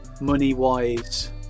money-wise